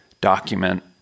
document